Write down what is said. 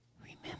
Remember